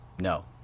no